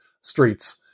streets